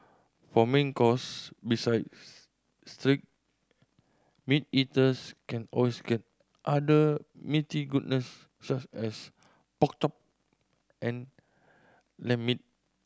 for main course besides steak meat eaters can always get other meaty goodness such as pork chop and lamb meat